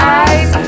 eyes